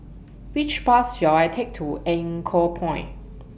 Which Bus shall I Take to Anchorpoint